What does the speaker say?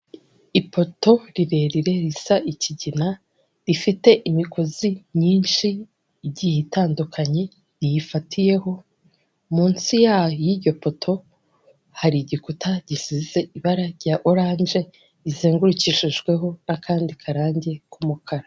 Ipoto rirerire risa ikigina rifite imigozi myinshi igiye itandukanye riyifatiyeho munsi y'iryo poto hari igikuta gisize ibara rya orange rizengurukishijweho n'akandi karangi k'umukara.